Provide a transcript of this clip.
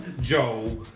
Joe